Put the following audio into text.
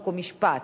חוק ומשפט.